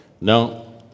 No